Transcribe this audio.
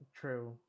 True